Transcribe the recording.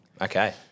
Okay